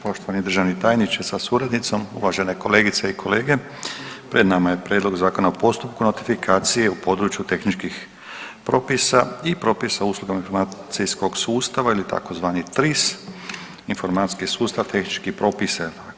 Poštovani državni tajniče sa suradnicom, uvažene kolegice i kolege, pred nama je prijedlog Zakona o postupku notifikacije u području tehničkih propisa i propisa o uslugama informacijskog sustava ili tzv. TRIS, informacijski sustav tehničkih propisa.